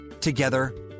Together